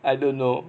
I don't know